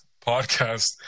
podcast